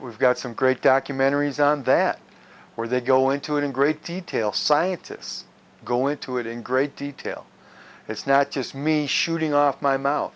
we've got some great documentaries on that where they go into it in great detail scientists go into it in great detail it's not just me shooting off my mouth